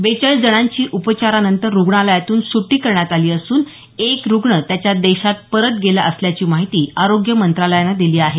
बेचाळीस जणांची उपचारानंतर रुग्णालयातून स्रटी करण्यात आली असून तर एक रुग्ण त्याच्या देशात परत गेला असल्याची माहिती आरोग्य मंत्रालयानं दिली आहे